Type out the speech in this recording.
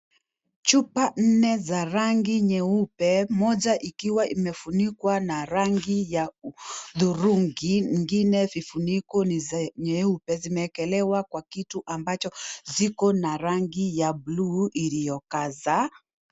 Chupa nne za rangi nyeupe, moja ikiwa imefunikwa na rangi ya hudhurungi ingine vifuniko ni za nyeupe zimeekelewa Kwa kitu ambacho ziko na rangi ya bluu iliyokasa...